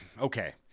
Okay